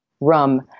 rum